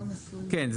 כן,